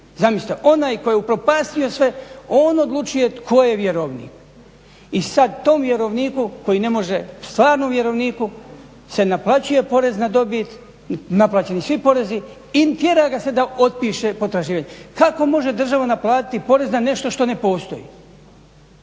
Zamislite, onaj tko je upropastio sve on odlučuje tko je vjerovnik. I sad tom vjerovniku koji ne može, stvarnom vjerovniku, se naplaćuje porez na dobit, naplaćeni su svi porezi i tjera ga se da otpiše potraživanje. Kako može država naplatiti porez na nešto što ne postoji?